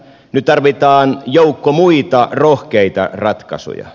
nyt tarvitaan joukko muita rohkeita ratkaisuja